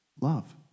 Love